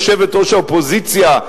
יושבת-ראש האופוזיציה,